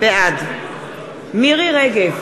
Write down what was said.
בעד מירי רגב,